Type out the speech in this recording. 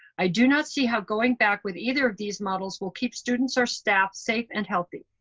i do not see how going back with either of these models will keep students or staff safe and healthy.